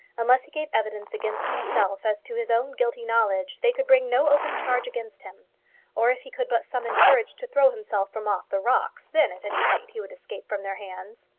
unless he gave evidence against himself as to his own guilty knowledge, they could bring no open charge against him or if he could but summon courage to throw himself from off the rocks, then, at any rate, he would escape from their hands.